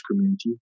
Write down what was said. community